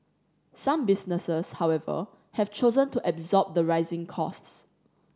some businesses however have chosen to absorb the rising costs